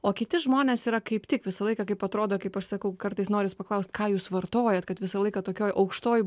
o kiti žmonės yra kaip tik visą laiką kaip atrodo kaip aš sakau kartais norisi paklaust ką jūs vartojat kad visą laiką tokioj aukštoj